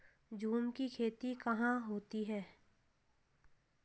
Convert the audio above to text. झूम की खेती कहाँ होती है?